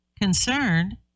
concerned